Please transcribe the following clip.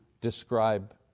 describe